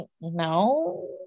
no